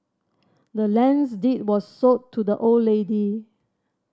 the land's deed was sold to the old lady